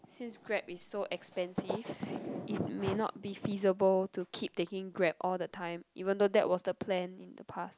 since Grab is so expensive it may not feasible to keep taking Grab all the time even though that was the plan in the past